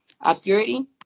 obscurity